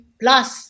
plus